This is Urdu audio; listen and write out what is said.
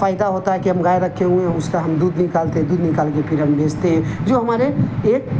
فائدہ ہوتا ہے کہ ہم گائے رکھے ہوئے ہیں اس کا ہم دودھ نکالتے ہیں دودھ نکال کے پھر ہم بیچتے ہیں جو ہمارے ایک